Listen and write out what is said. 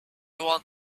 want